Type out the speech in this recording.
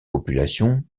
populations